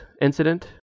incident